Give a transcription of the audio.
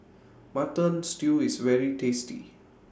Mutton Stew IS very tasty